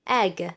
egg